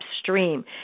upstream